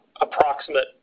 approximate